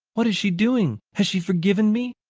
what is she doing? has she forgiven me?